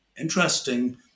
interesting